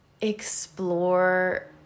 explore